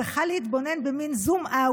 זכה להתבונן במין zoom out